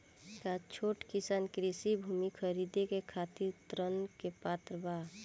का छोट किसान कृषि भूमि खरीदे के खातिर ऋण के पात्र बा?